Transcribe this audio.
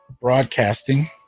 broadcasting